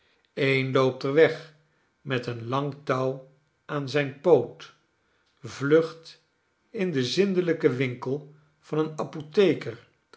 een loopt er weg met een lang touw aan zijn poot vlucht in den zindelijken winkel van een apotheker